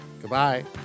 Goodbye